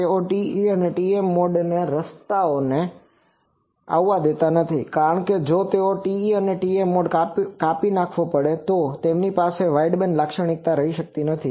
તેઓ TE અથવા TM મોડને રસ્તે આવવા દેતા નથી કારણ કે જો તેઓ આવે છે તો TE અને TM મોડ કાપી નાખ્વો પડે છે તો તેમની પાસે વાઈડબેન્ડ લાક્ષણિકતા રહી શકતી નથી